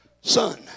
son